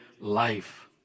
life